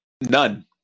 None